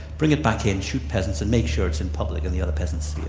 bring it back in shoot peasants and make sure it's in public and the other peasants